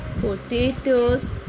potatoes